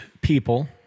people